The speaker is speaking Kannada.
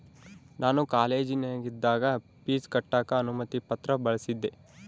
ನಾನು ಕಾಲೇಜಿನಗಿದ್ದಾಗ ಪೀಜ್ ಕಟ್ಟಕ ಅನುಮತಿ ಪತ್ರ ಬಳಿಸಿದ್ದೆ